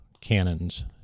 cannons